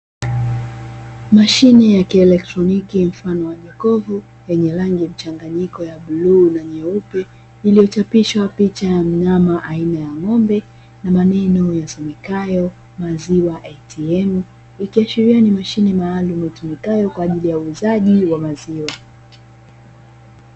Mashine ya kielekroniki mfano wa jokofu, lenye rangi mchanganyiko ya bluu na nyeupe, iliyochapishwa picha ya mnyama aina ya ng'ombe, na maneno yasomekayo " maziwa atm " ikiashiria ni mashine itumikayo kwa ajili ya uuzaji wa maziwa.